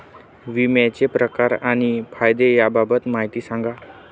विम्याचे प्रकार आणि फायदे याबाबत माहिती सांगा